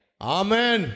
Amen